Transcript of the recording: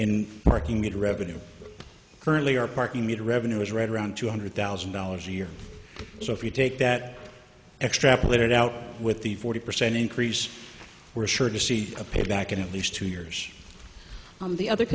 in parking meter revenue currently our parking meter revenue is right around two hundred thousand dollars a year so if you take that extrapolate it out with the forty percent increase we're sure to see a payback in at least two years on the other